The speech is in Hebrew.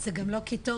זה גם לא קיטור,